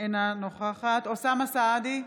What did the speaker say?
אינה נוכחת אוסאמה סעדי,